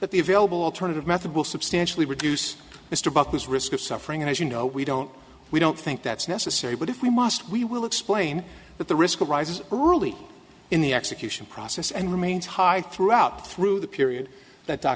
that the available alternative method will substantially reduce mr buckley's risk of suffering and as you know we don't we don't think that's necessary but if we must we will explain that the risk rises early in the execution process and remains high throughout through the period that do